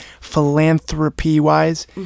Philanthropy-wise